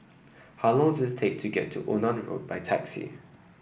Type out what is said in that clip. how long does it take to get to Onan Road by taxi